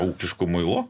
ūkišku muilu